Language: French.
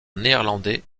néerlandais